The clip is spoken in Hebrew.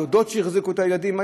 דודות שהחזיקו את הילדים,